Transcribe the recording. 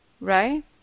right